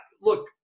Look